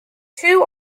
two